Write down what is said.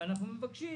ואנחנו מבקשים,